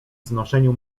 znoszeniu